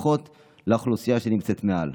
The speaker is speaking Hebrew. לפחות לאוכלוסייה שנמצאת מעל.